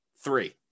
three